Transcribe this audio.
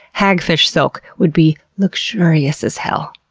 hagfish si lk would be luxurious as hell.